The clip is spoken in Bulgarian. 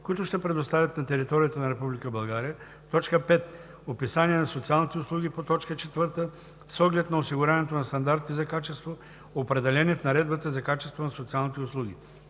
които ще предоставят на територията на Република България; 5. описание на социалните услуги по т. 4 с оглед на осигуряването на стандартите за качество, определени в Наредбата за качеството на социалните услуги;